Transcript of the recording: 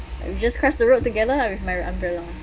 like we just cross the road together lah with my umbrella